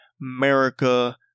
America